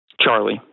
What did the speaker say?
Charlie